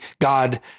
God